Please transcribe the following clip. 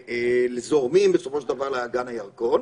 שזורמים בסופו של דבר לאגן הירקון.